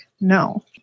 no